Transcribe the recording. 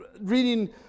reading